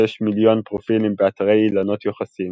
מיליון פרופילים באתרי אילנות יוחסין,